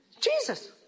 Jesus